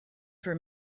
for